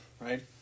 right